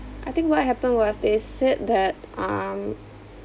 I think what happened was they said that um